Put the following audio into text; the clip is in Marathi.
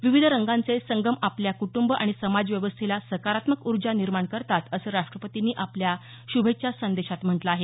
विविध रंगाचे संगम आपल्या कुटुंब आणि समाज व्यवस्थेला सकारात्मक उर्जा निर्माण करतात असं राष्ट्रपतींनी आपल्या श्र्भेच्छा संदेशात म्हटलं आहे